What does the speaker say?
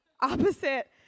opposite